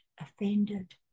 offended